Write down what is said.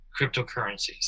cryptocurrencies